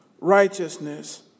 righteousness